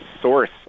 source